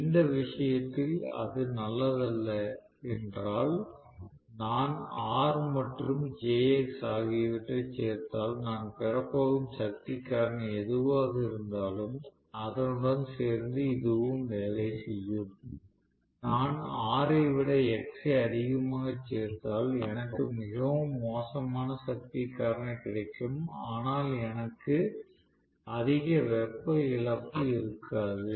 அந்த விஷயத்தில் அது நல்லதல்ல என்றால் நான் R மற்றும் jX ஆகியவற்றைச் சேர்த்தால் நான் பெறப்போகும் சக்தி காரணி எதுவாக இருந்தாலும் அதனுடன் சேர்ந்து இதுவும் வேலை செய்யும் நான் R ஐ விட X ஐ அதிகமாக சேர்த்தால் எனக்கு மிகவும் மோசமான சக்தி காரணி கிடைக்கும் ஆனால் எனக்கு அதிக வெப்ப இழப்பு இருக்காது